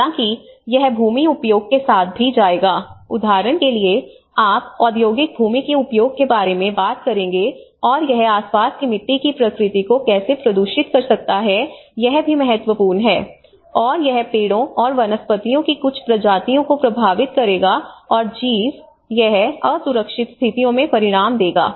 हालांकि यह भूमि उपयोग के साथ भी जाएगा उदाहरण के लिए आप औद्योगिक भूमि के उपयोग के बारे में बात करेंगे और यह आसपास की मिट्टी की प्रकृति को कैसे प्रदूषित कर सकता है यह भी महत्वपूर्ण है और यह पेड़ों और वनस्पतियों की कुछ प्रजातियों को प्रभावित करेगा और जीव यह असुरक्षित स्थितियों में परिणाम देगा